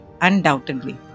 undoubtedly